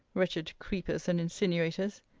wretched creepers and insinuators!